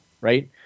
right